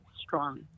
strong